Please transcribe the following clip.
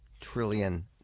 trillion